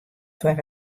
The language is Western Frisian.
foar